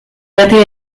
beti